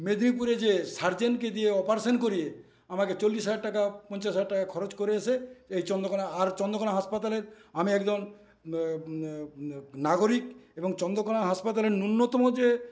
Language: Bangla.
মেদিনীপুরে যে সার্জেনকে দিয়ে অপারেশন করিয়ে আমাকে চল্লিশ হাজার টাকা পঞ্চাশ হাজার টাকা খরচ করে এসে এই চন্দ্রকোনা আর চন্দ্রকোনা হাসপাতালের আমি একদম নাগরিক এবং চন্দ্রকোনা হাসপাতালের নুন্যতম যে